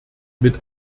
mit